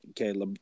Okay